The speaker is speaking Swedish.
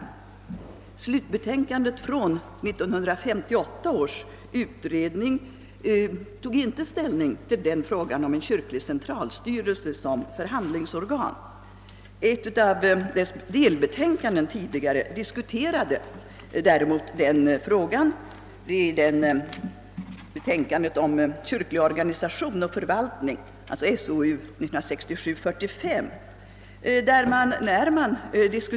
Slutbetänkandet från 1958 års utredning tog inte ställning till spörsmålet om en kyrklig centralstyrelse som förhandlingsorgan. I ett av dess tidigare delbetänkanden — betänkandet om kyrklig organisation och förvaltning, alltså SOU 1967: 45 — diskuterades emellertid frågan.